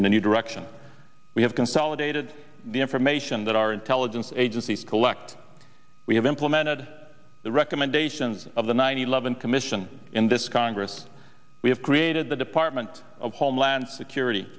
new direction we have consolidated the information that our intelligence agencies collect we have implemented the recommendations of the nine eleven commission in this congress we have created the department of homeland security